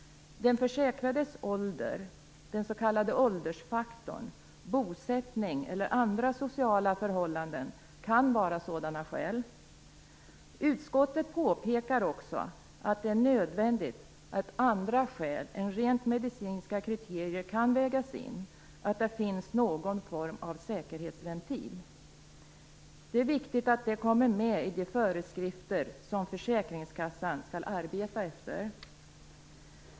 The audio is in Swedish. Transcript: Den försäkrades ålder, den s.k. åldersfaktorn, bosättning eller andra sociala förhållanden kan vara sådana skäl. Utskottet påpekar också att det är nödvändigt att andra skäl än rent medicinska kriterier kan vägas in, att det finns någon form av säkerhetsventil. Det är viktigt att det kommer med i de föreskrifter som försäkringskassan skall arbeta efter.